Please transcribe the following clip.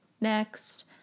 next